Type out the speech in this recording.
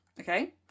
okay